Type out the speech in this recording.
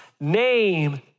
name